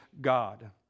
God